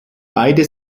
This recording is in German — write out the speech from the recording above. beide